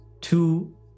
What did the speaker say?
two